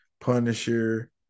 Punisher